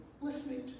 listening